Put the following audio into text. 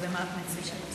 אז למה את מציגה את זה כך?